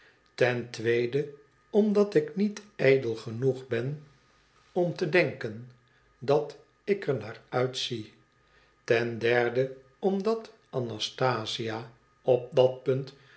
ten tweede omdat ik niet ijdel genoeg ben om te denken dat ik er naar uitzie ten derde omdat anastasia op dat punt